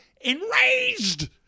enraged